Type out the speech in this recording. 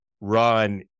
run